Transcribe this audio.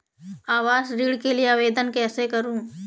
आवास ऋण के लिए आवेदन कैसे करुँ?